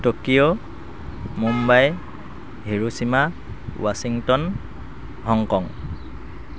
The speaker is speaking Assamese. Tokyo Mumbai Hiroshima Washington Hong Kong